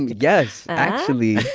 yes. actually,